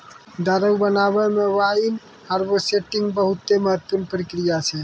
दारु बनाबै मे वाइन हार्वेस्टिंग बहुते महत्वपूर्ण प्रक्रिया छै